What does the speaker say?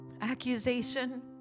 accusation